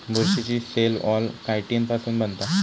बुरशीची cell wall chitin पासुन बनता